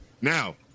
now